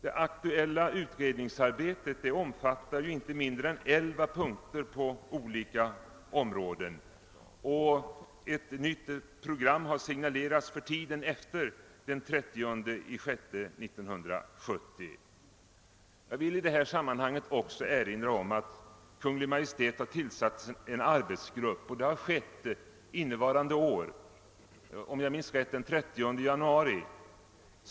Det aktuella utredningsarbetet omfattar inte mindre än elva punkter på olika områden, och ett nytt program har signalerats för tiden efter den 30 juni 1970. Jag vill i detta sammanhang också erinra om att Kungl. Maj:t innevarande år — om jag minns rätt var det den 30 januari — har tillsatt en arbetsgrupp.